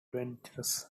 adventurous